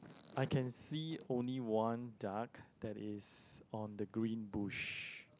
I can see only one duck that is on the green bush